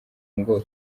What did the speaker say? ngo